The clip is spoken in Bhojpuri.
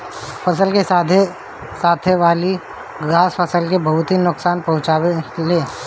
फसल के साथे वाली घास फसल के बहुत नोकसान पहुंचावे ले